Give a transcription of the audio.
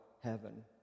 heaven